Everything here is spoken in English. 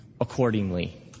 accordingly